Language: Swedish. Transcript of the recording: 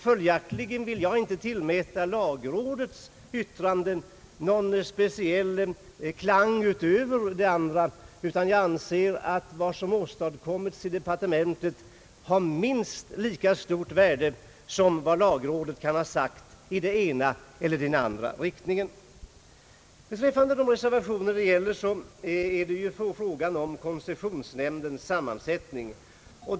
Följaktligen vill jag inte tillmäta lagrådets yttranden någon speciell ställning, utan jag anser att det som åstadkommits i departementet har minst lika stort värde som det som lagrådet kan ha sagt i den ena eller den andra riktningen. I en av de reservationer som avgivits har frågan om koncessionsnämndens sammansättning tagits upp.